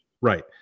Right